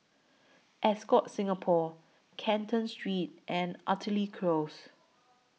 Ascott Singapore Canton Street and Artillery Close